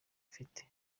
afite